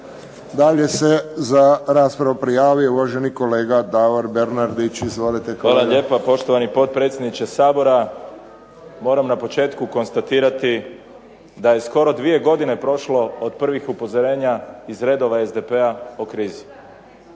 Davor Bernardić. Izvolite, kolega. **Bernardić, Davor (SDP)** Hvala lijepa. Poštovani potpredsjedniče Sabora. Moram na početku konstatirati da je skoro dvije godine prošlo od prvih upozorenja iz redova SDP-a o krizi.